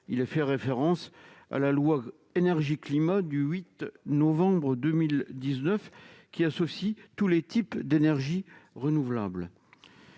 a fait référence à la loi Énergie-climat du 8 novembre 2019, qui associe tous les types d'énergies renouvelables.